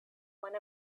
one